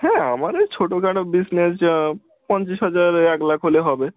হ্যাঁ আমার এই ছোটোখাটো বিজনেস পঞ্চাশ হাজার এক লাখ হলে হবে